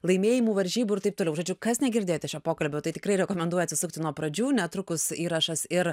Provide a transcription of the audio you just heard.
laimėjimų varžybų ir taip toliau žodžiu kas negirdėjote šio pokalbio tai tikrai rekomenduoju atsisukti nuo pradžių netrukus įrašas ir